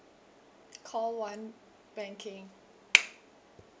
call one banking